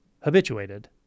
habituated